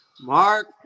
mark